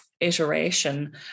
iteration